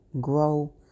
grow